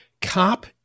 cop